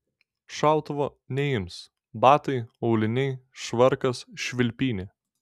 šautuvo neims batai auliniai švarkas švilpynė